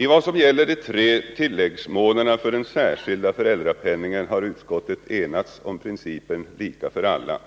I vad som gäller de tre tilläggsmånaderna för den särskilda föräldrapenningen har utskottet enats om principen lika för alla.